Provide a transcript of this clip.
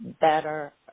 better